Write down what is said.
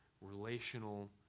Relational